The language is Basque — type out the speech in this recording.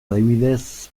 adibidez